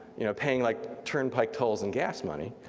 you know paying like turnpike tolls and gas money.